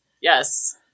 Yes